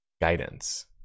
guidance